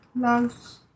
loves